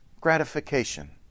gratification